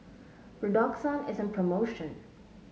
redoxon is on promotion